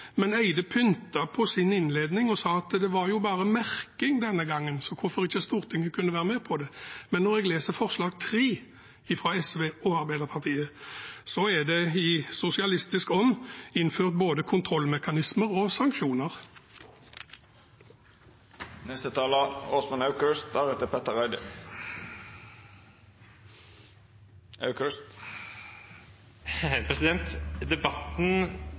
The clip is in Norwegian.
Men representanten Eide pyntet på sin innledning og sa at det bare var merking denne gangen, så hvorfor kunne ikke Stortinget være med på det? Men når jeg leser forslag nr. 3, fra SV og Arbeiderpartiet, er det i sosialistisk ånd å innføre både kontrollmekanismer og sanksjoner.